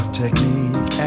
technique